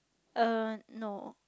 uh no